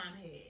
head